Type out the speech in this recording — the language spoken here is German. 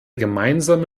gemeinsame